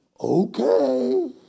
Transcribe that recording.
Okay